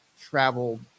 travel